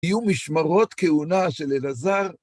יהיו משמרות כהונה של אלעזר.